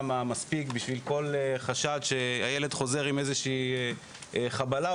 המספיק לכל חשד שהילד חוזר עם איזה חבלה,